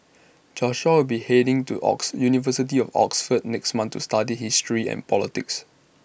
Joshua will be heading to Oxford university of Oxford next month to study history and politics